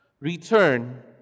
Return